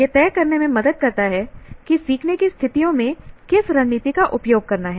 यह तय करने में मदद करता है कि सीखने की स्थितियों में किस रणनीति का उपयोग करना है